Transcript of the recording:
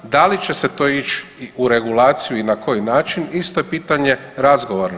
Da li će se to ići u regulaciju i na koji način isto je pitanje razgovora.